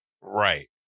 Right